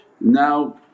now